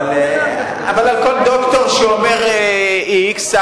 אבל על כל דוקטור שאומר x,